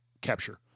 capture